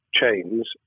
chains